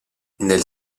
nel